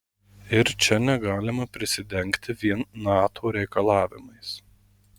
ir čia negalima prisidengti vien nato reikalavimais